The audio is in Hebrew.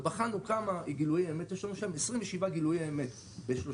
ובחנו כמה גילויי אמת יש לנו שם,